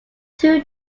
two